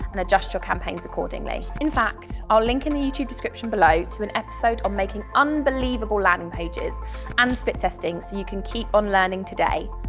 and adjust your campaigns accordingly in fact, i'll link in the youtube description below to an episode on making unbelievable landing pages and split testing so you can keep on learning today,